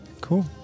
Cool